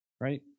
right